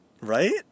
Right